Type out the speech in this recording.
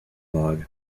log